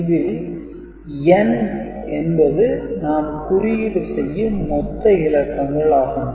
இதில் n என்பது நாம் குறியீடு செய்யும் மொத்த இலக்கங்கள் ஆகும்